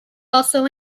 also